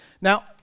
Now